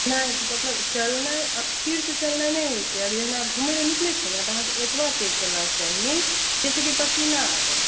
नहि तऽ मतलब चलनाइ स्थिरसँ चलनाइ नहि होइ छै आब जेना घुमैलए निकलै छिए ने तऽ अहाँके एतबा तेज चलबाक चाही जाहिसँ कि पसीना आबै